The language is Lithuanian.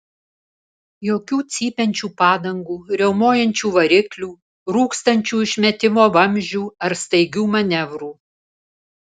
jokių cypiančių padangų riaumojančių variklių rūkstančių išmetimo vamzdžių ar staigių manevrų